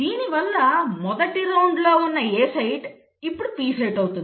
దీనివల్ల మొదటి రౌండ్లో ఉన్న ఏ సైట్ ఇప్పుడు P సైట్ అవుతుంది